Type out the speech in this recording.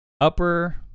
Upper